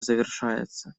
завершается